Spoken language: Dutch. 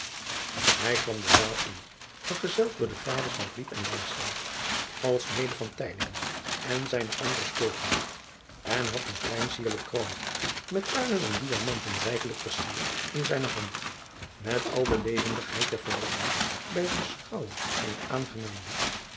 ij kwam de zaal in vergezeld door de vaders en alsmede en zijnen anderen speelgenoot en had een klein sierlijk kroontje met paarlen en diamanten rijkelijk versierd in zijne hand et al de levendigheid der verrukking bij het beschouwen van het aangenaam licht